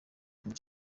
king